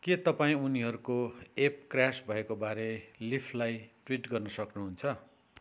के तपाईँ उनीहरूको एप क्र्यास भएको बारे लिफलाई ट्विट गर्न सक्नुहुन्छ